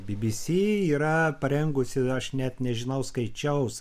bbc yra parengusi ir aš net nežinau skaičiaus